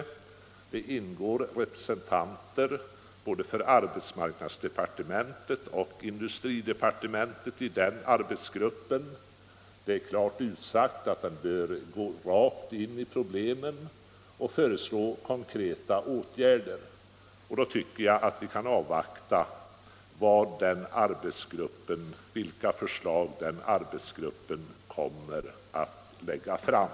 I den arbetsgruppen ingår representanter för både arbetsmarknadsdepartementet och industridepartementet. Det är klart utsagt att den bör gå rakt in i problemen och föreslå konkreta åtgärder, och då tycker jag att man kan avvakta de förslag som arbetsgruppen kommer att lägga fram.